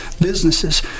businesses